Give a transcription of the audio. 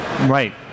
Right